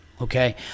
okay